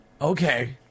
Okay